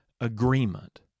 agreement